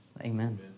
Amen